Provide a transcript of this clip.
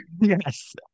Yes